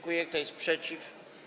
Kto jest przeciw?